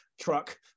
truck